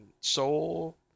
Soul